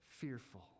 fearful